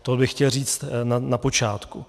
To bych chtěl říct na počátku.